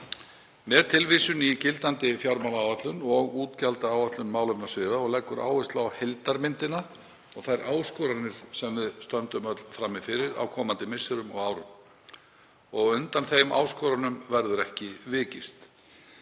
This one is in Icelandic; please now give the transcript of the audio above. með tilvísun í gildandi fjármálaáætlun og útgjaldaáætlun málefnasviða. Lögð er áhersla á heildarmyndina og þær áskoranir sem við stöndum öll frammi fyrir á komandi misserum og árum og undan þeim áskorunum verður ekki vikist.